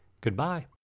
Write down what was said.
Goodbye